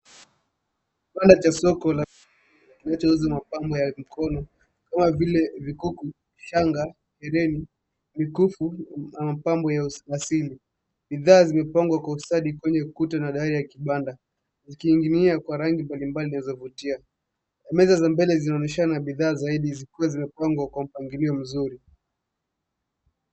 Kibanda cha soko kinacho uza mapambo ya mikono kama vile vikuku, shanga, ireni, mikufu na mapambo ya uwasili. Bidhaa zimepangwa kwa ustadi kwenye ukuta na dari ya kibanda. Ziki inginia kwa rangi mbalimbali zavutia. Meza za mbele zinaonyeshana bidhaa zaidi zikuwe zimepangwa kwa mpangilio mzuri.